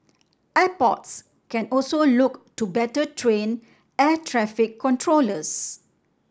airports can also look to better train air traffic controllers